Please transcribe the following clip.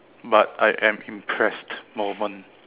but I am impressed moment